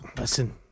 Listen